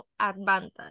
advantage